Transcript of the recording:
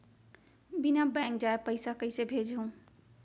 बिना बैंक जाए पइसा कइसे भेजहूँ?